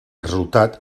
resultat